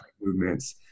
movements